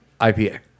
IPA